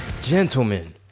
gentlemen